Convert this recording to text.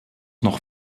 noch